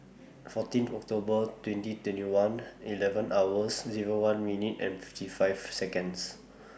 fourteen October twenty twenty one eleven hours Zero one minutes and fifty five Seconds